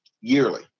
yearly